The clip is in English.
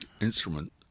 instrument